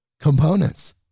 components